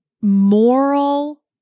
moral